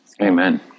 amen